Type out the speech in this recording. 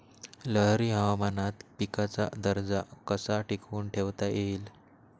लहरी हवामानात पिकाचा दर्जा कसा टिकवून ठेवता येईल?